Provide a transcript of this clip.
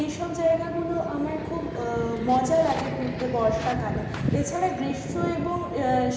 এইসব জায়গাগুলো আমার খুব মজা লাগে ঘুরতে বর্ষাকালে এছাড়া গ্রীষ্ম এবং